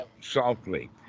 softly